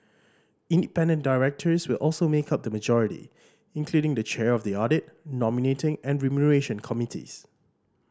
independent directors will also make up the majority including the chair of the audit nominating and remuneration committees